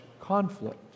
conflict